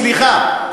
סליחה,